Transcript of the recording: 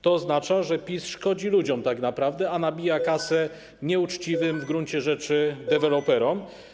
To oznacza, że PiS szkodzi ludziom tak naprawdę, a nabija kasę nieuczciwym w gruncie rzeczy deweloperom.